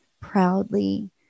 proudly